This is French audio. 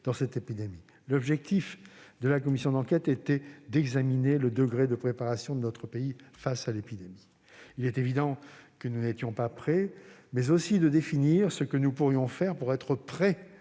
dans cette épidémie. L'objectif de la commission d'enquête était d'examiner le degré de préparation de notre pays face à l'épidémie- il est évident que nous n'étions pas prêts -, mais aussi de définir ce que nous pourrions faire pour être prêts